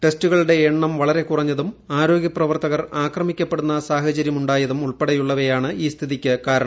ടെസ്റ്റുകളുടെ എണ്ണം വളരെ കുറഞ്ഞതും ആരോഗ്യ പ്രദ്ധ്യർത്തകർ ആക്രമിക്കപ്പെടുന്ന സാഹചര്യം ഉണ്ടായതും ഉൾപ്പെടെയുള്ളവ്യാണ് ഈ സ്ഥിതിക്ക് കാരണം